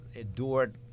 adored